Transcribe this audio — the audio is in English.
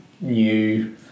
new